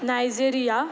Nigeria